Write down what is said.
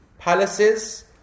Palaces